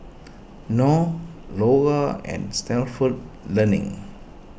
Knorr Lora and Stalford Learning